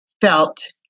felt